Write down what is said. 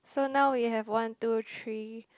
so now we have one two three